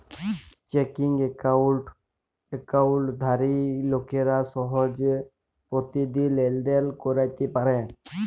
checking একাউল্টে একাউল্টধারি লোকেরা সহজে পতিদিল লেলদেল ক্যইরতে পারে